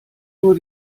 nur